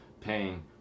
paying